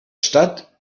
stadt